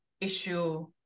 issue